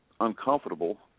uncomfortable